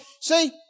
See